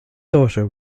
daughter